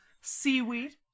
seaweed